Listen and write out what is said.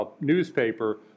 newspaper